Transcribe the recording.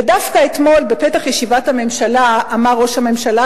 ודווקא אתמול בפתח ישיבת הממשלה אמר ראש הממשלה,